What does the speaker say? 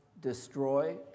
destroy